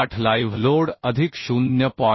8 live load अधिक 0